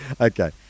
Okay